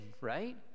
right